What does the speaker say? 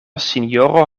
sinjoro